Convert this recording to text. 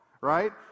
right